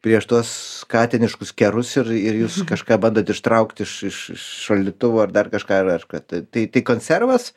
prieš tuos katiniškus kerus ir ir jūs kažką bandot ištraukt iš iš šaldytuvo ar dar kažką ar kad tai tai konservas